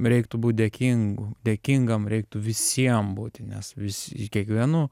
reiktų būt dėkingu dėkingam reiktų visiem būti nes visi kiekvienu